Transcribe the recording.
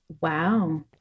Wow